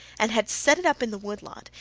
and had set it up in the wood lot,